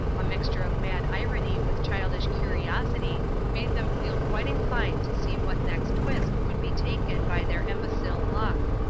a mixture of mad irony with childish curiosity made them feel quite inclined to see what next twist would be taken by their imbecile luck.